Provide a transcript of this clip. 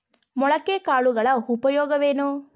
ಮೊಳಕೆ ಕಾಳುಗಳ ಉಪಯೋಗವೇನು?